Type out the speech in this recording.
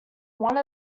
one